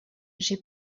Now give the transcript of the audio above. j’ai